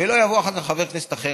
ולא יבוא אחר כך חבר כנסת אחר,